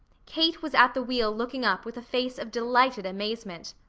kate was at the wheel looking up with a face of delighted amazement.